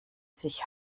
sich